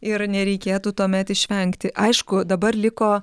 ir nereikėtų tuomet išvengti aišku dabar liko